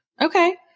Okay